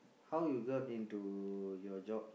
how you got into your job